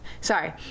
sorry